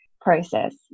process